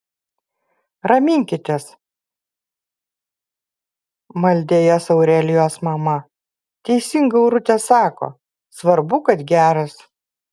raminkitės maldė jas aurelijos mama teisingai aurutė sako svarbu kad geras